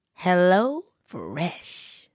HelloFresh